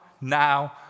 now